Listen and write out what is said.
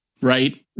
right